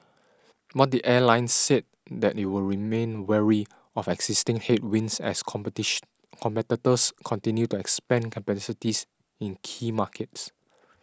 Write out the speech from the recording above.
but the airline said that it would remained wary of existing headwinds as competitors continue to expand capacities in key markets